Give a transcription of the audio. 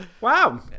Wow